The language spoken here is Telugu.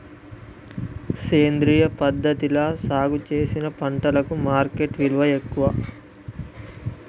సేంద్రియ పద్ధతిలా సాగు చేసిన పంటలకు మార్కెట్ విలువ ఎక్కువ